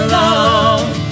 love